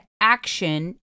action